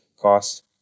cost